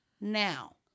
now